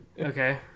Okay